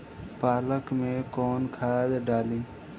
पालक में कौन खाद डाली?